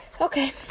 Okay